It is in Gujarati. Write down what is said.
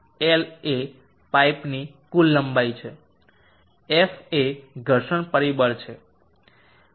એલ એ પાઇપની કુલ લંબાઈ છે f એ ઘર્ષણ પરિબળ છે જે 0